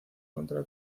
contra